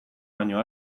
baino